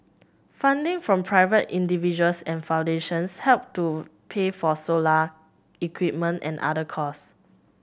funding from private individuals and foundations help to pay for solar equipment and other cost